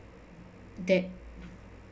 that